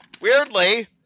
Weirdly